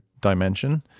dimension